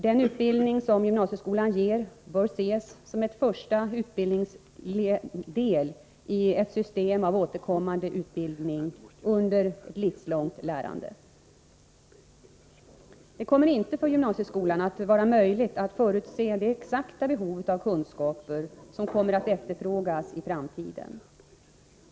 Den utbildning som gymnasieskolan ger bör ses som en första utbildningsdel i ett system av återkommande utbildning under ett livslångt lärande. Det kommer inte att vara möjligt att för gymnasieskolan förutse det exakta behov av kunskaper som kommer att efterfrågas i framtiden.